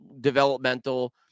developmental